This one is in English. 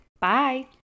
Bye